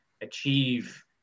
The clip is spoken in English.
achieve